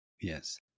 Yes